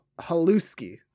Haluski